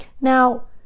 Now